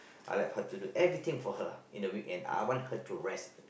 I like her to do everything for her in the weekend I want her to rest